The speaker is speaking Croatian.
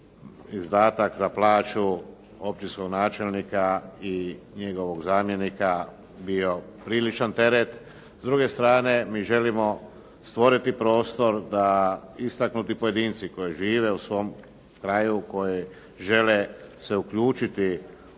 izdatak za plaću općinskog načelnika i njegovog zamjenika bio priličan teret. S druge strane, mi želimo stvoriti prostor da istaknuti pojedinci koji žive u svom kraju, koji žele se uključiti